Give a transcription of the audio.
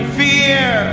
fear